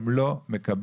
לא יכול